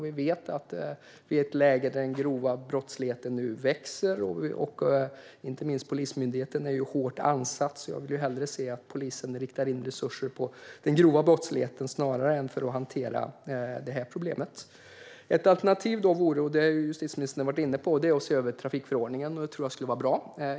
Vi vet att vi nu har ett läge där den grova brottsligheten växer, och inte minst Polismyndigheten är hårt ansatt. Jag vill hellre se att polisen riktar in resurser mot den grova brottsligheten än på att hantera detta problem. Ett alternativ, som justitieministern har varit inne på, är att se över trafikförordningen. Det tror jag skulle vara bra.